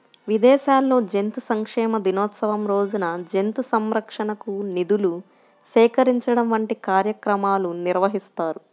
విదేశాల్లో జంతు సంక్షేమ దినోత్సవం రోజున జంతు సంరక్షణకు నిధులు సేకరించడం వంటి కార్యక్రమాలు నిర్వహిస్తారు